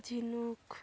ᱡᱷᱤᱱᱩᱠ